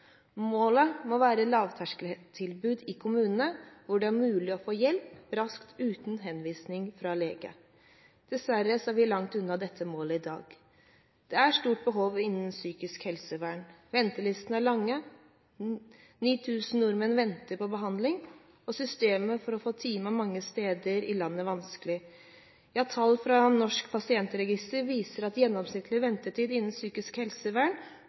Målet må være lavterskeltilbud i kommunene, hvor det er mulig å få hjelp raskt uten henvisning fra lege. Dessverre er vi langt unna dette målet i dag. Det er stort behov innen psykisk helsevern. Ventelistene er lange. 9 000 nordmenn venter på behandling, og systemet for å få time er mange steder i landet vanskelig. Ja, tall fra Norsk pasientregister viser at gjennomsnittlig ventetid innen psykisk helsevern